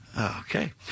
Okay